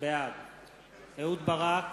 בעד אהוד ברק,